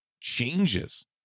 changes